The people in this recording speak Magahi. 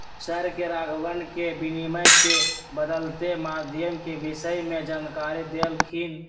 सर ने राघवन के विनिमय के बदलते माध्यम के विषय में जानकारी देल खिन